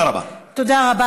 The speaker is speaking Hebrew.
תודה רבה.